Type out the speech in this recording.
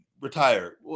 Retire